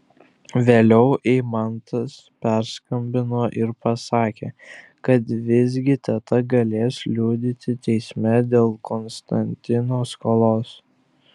vėliau eimantas perskambino ir pasakė kad visgi teta galės liudyti teisme dėl konstantino skolos